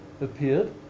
appeared